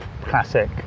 classic